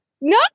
no